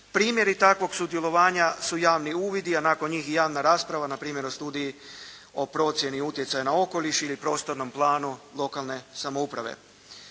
Primjeri takvog sudjelovanja su javni uvidi, a nakon njih i javna rasprava, npr. o studiji o procjeni utjecaja na okoliš ili prostornom planu lokalne samouprave.